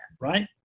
Right